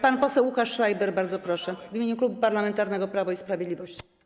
Pan poseł Łukasz Schreiber, bardzo proszę, w imieniu Klubu Parlamentarnego Prawo i Sprawiedliwość.